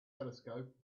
telescope